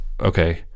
okay